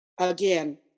again